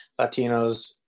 Latinos